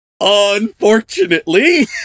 Unfortunately